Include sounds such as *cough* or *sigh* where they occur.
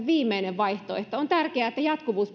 *unintelligible* viimeinen vaihtoehto on tärkeää että jatkuvuus